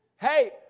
Hey